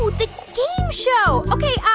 oh, the game show. ok,